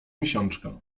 miesiączkę